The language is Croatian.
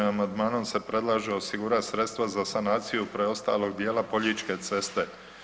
Amandmanom se predlaže osigurati sredstva za sanaciju preostalog dijela Poljičke ceste.